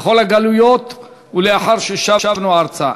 בכל הגלויות ולאחר ששבנו ארצה.